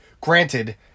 granted